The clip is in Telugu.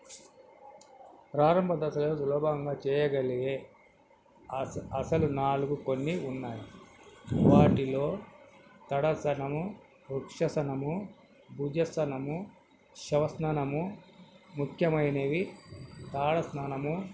ప్రారంభదశలో సులభంగా చేయగలిగే అస ఆసనాలు నాలుగు కొన్ని ఉన్నాయి వాటిలో తడాసనము వృక్షాసనము భుజంగాసనము శవాసనము ముఖ్యమైనవి తడాసనము